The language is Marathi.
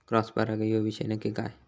क्रॉस परागी ह्यो विषय नक्की काय?